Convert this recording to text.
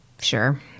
Sure